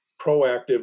proactive